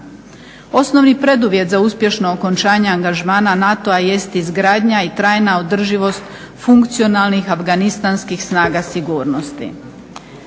Osnovni preduvjet za uspješno okončanje angažmana NATO-a jest izgradnja i trajna održivost funkcionalnih afganistanskih snaga sigurnosti.